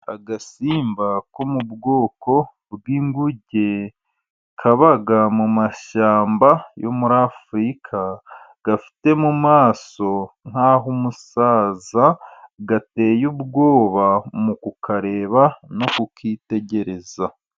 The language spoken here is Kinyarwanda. Agasimba ko mu bwoko bw'inguge kaba mu mashyamba yo muri afurika, gafite mu maso nkah' umusaza, gateye ubwoba mu kukareba no kukitegereza.